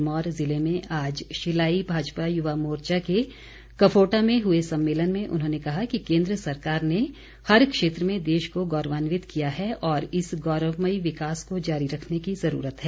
सिरमौर जिले में आज शिलाई भाजपा युवा मोर्चा के कफोटा में हुए सम्मेलन में उन्होंने कहा कि केन्द्र सरकार ने हर क्षेत्र में देश को गौरवान्वित किया है और इस गौरवमयी विकास को जारी रखने की ज़रूरत है